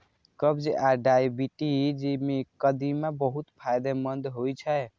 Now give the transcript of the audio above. कब्ज आ डायबिटीज मे कदीमा बहुत फायदेमंद होइ छै